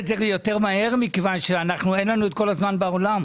זה יותר מהר כי אין לנו כל הזמן בעולם.